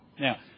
Now